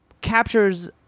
captures